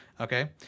okay